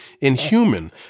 inhuman